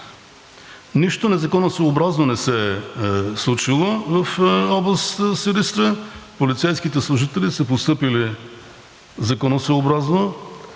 нищо незаконосъобразно не се е случило в област Силистра. Полицейските служители са постъпили законосъобразно.